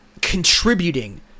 contributing